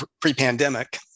pre-pandemic